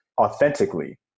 authentically